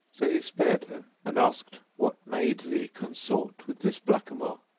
so he spared her and asked, what made thee consort with this blackamoor,